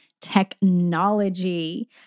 technology